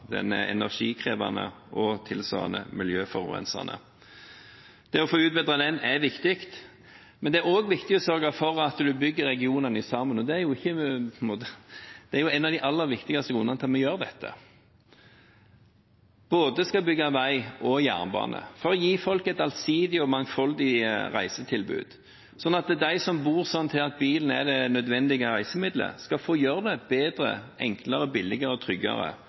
den er energikrevende og tilsvarende miljøforurensende. Det å få utbedret den er viktig, men det er også viktig å sørge for at man bygger regionene sammen, og det er en av de aller viktigste grunnene til at vi gjør dette. Vi skal bygge både vei og jernbane for å gi folk et allsidig og mangfoldig reisetilbud, sånn at de som bor sånn til at bil er det nødvendige reisemiddelet, skal få reise bedre, enklere, billigere og tryggere